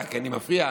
כי אני מפריע,